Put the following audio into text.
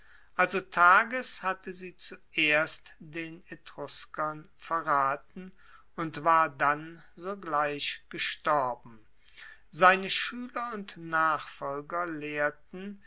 also tages hatte sie zuerst den etruskern verraten und war dann sogleich gestorben seine schueler und nachfolger lehrten